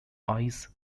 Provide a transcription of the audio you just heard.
ice